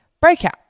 breakout